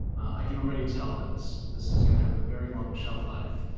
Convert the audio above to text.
i can already tell that this this is gonna have a very long shelf life.